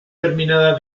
terminada